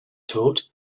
taught